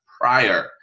prior